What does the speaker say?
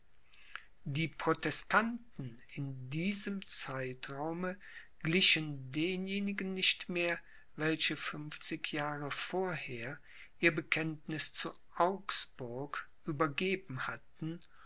die protestanten in diesem zeitraume glichen denjenigen nicht mehr welche fünfzig jahre vorher ihr bekenntniß zu augsburg übergeben hatten